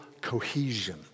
cohesion